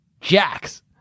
Jax